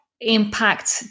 impact